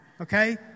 okay